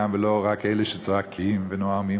ולא רק אלה שצועקים ונואמים